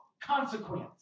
consequence